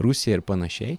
rusiją ir panašiai